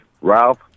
Ralph